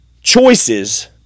choices